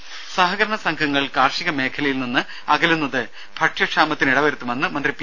ദേദ സഹകരണ സംഘങ്ങൾ കാർഷിക മേഖലയിൽ നിന്ന് അകലുന്നത് ഭക്ഷ്യക്ഷാമത്തിന് ഇടവരുത്തുമെന്ന് മന്ത്രി പി